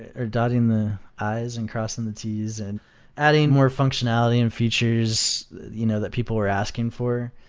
or dotting the i's and crossing the t's and adding more functionality and features you know that people were asking for.